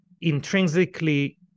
intrinsically